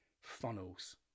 funnels